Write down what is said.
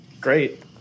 Great